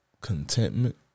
contentment